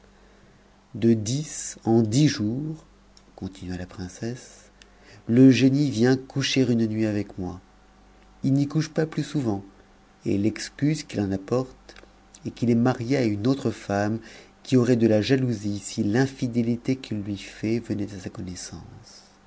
de dix en dix jours continua la princesse le génie vient coucher une nuit avec moi il n'y couche pas plus souvent et l'excuse qu'il en apporte est qu'il est marié à une autre femme qui aurait de la jalousie si l'infidélité qu'il lui fait venait à sa connaissance